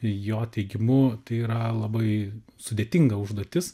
jo teigimu tai yra labai sudėtinga užduotis